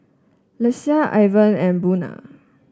Lesia Ivan and Buna